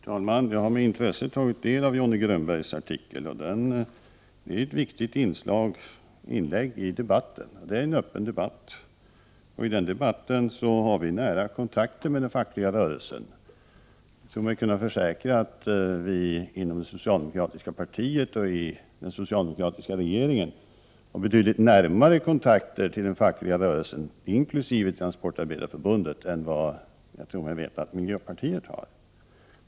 Herr talman! Jag har med intresse tagit del av Johnny Grönbergs artikel. Den är ett viktigt inlägg i debatten. Debatten är öppen, och i den har vi nära kontakter med den fackliga rörelsen. Jag kan försäkra att vi inom det socialdemokratiska partiet och inom den socialdemokratiska regeringen har betydligt närmare kontakter med den fackliga rörelsen — inkl. Transportarbetareförbundet — än vad jag tror mig veta att miljöpartiet har.